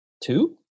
Two